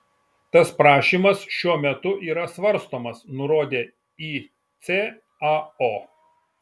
tas prašymas šiuo metu yra svarstomas nurodė icao